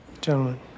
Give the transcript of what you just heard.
Gentlemen